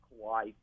Kauai